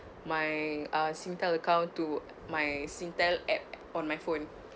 my uh Singtel account to my Singtel app on my phone